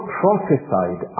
prophesied